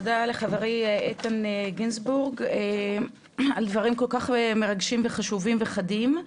תודה לחברי איתן גינזבורג על דברים כל כך מרגשים וחשובים וחדים.